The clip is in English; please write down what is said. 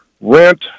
rent